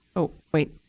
oh wait,